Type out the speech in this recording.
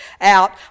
out